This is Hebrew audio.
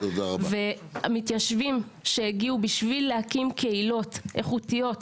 ומתיישבים שהגיעו בשביל להקים קהילות איכותיות,